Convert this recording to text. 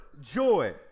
joy